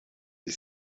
les